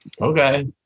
Okay